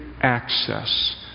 access